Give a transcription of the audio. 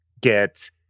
get